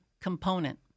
component